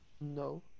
No